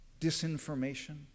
disinformation